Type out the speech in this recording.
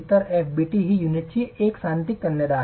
तर fbt ही युनिटची एकसातिक तन्यता आहे